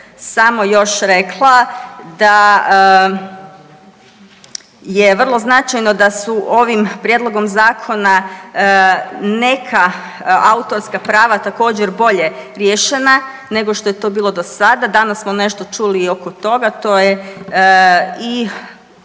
samo još rekla, da je vrlo značajno da su ovim prijedlogom zakona neka autorska prava također bolje riješena nego što je to bilo do sada. Danas smo nešto čuli i oko toga, to je i